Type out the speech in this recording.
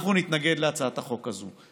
אנחנו נתנגד להצעת החוק הזו.